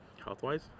Healthwise